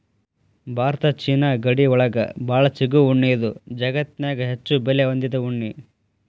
Bharat China ಗಡಿ ಒಳಗ ಬಾಳ ಸಿಗು ಉಣ್ಣಿ ಇದು ಜಗತ್ತನ್ಯಾಗ ಹೆಚ್ಚು ಬೆಲೆ ಹೊಂದಿದ ಉಣ್ಣಿ